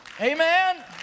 Amen